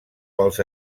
pels